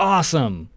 Awesome